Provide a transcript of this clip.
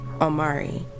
Omari